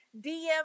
DM